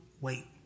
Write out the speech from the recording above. wait